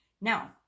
now